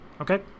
okay